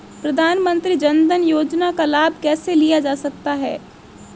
प्रधानमंत्री जनधन योजना का लाभ कैसे लिया जा सकता है?